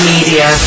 Media